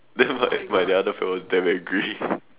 then my my the other friend was damn angry